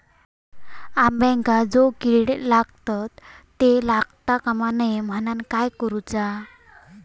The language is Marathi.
अंब्यांका जो किडे लागतत ते लागता कमा नये म्हनाण काय करूचा?